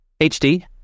HD